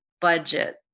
budget